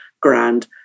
grand